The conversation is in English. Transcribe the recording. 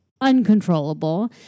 uncontrollable